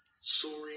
Soaring